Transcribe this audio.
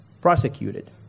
prosecuted